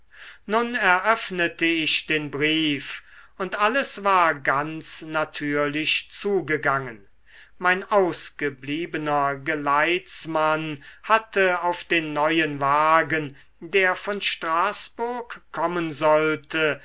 nun eröffnete ich den brief und alles war ganz natürlich zugegangen mein ausgebliebener geleitsmann hatte auf den neuen wagen der von straßburg kommen sollte